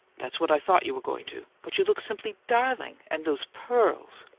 that's what i thought you were going to. but you look simply darling! and those pearls